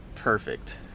perfect